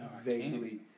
Vaguely